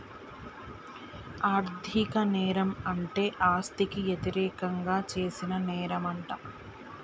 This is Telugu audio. ఆర్ధిక నేరం అంటే ఆస్తికి యతిరేకంగా చేసిన నేరంమంట